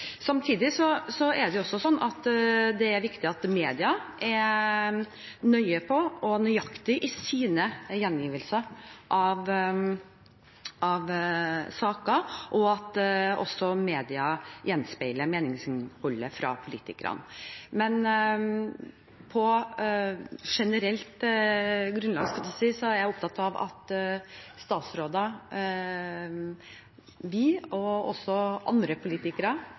Samtidig er det også sånn at det er viktig at media er nøye på og nøyaktige i sine gjengivelser av saker, og at også media gjenspeiler meningsinnholdet fra politikerne. Men på generelt grunnlag, skulle jeg til å si, er jeg opptatt av at vi statsråder og også andre politikere